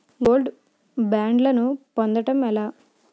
Gold బ్యాండ్లను పొందటం ఎలా?